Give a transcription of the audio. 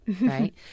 right